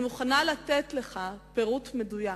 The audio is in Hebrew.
אני מוכנה לתת לך פירוט מדויק